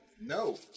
no